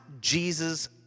Jesus